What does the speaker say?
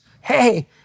Hey